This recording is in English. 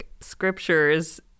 scriptures